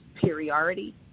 superiority